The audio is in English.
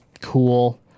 Cool